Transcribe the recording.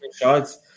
shots